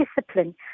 discipline